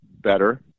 better